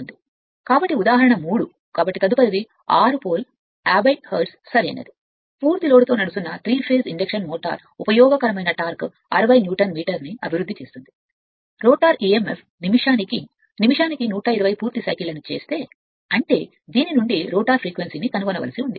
కాబట్టి ఉదాహరణ 3 కాబట్టి తదుపరిది 6 పోల్ 50 హెర్ట్జ్సరైనది పూర్తి లోడ్తో నడుస్తున్న 3 ఫేస్ ఇండక్షన్ మోటారు ఉపయోగకరమైన టార్క్ 60 న్యూటన్ మీటర్ను అభివృద్ధి చేస్తుంది రోటర్ e m f నిమిషానికి నిమిషానికి 120 పూర్తి సైకిళ్ళని తయారుచేసేటప్పుడు అంటే దీని నుండి రోటర్ ఫ్రీక్వెన్సీని కనుగొనవలసి ఉంది